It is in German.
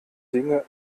dinge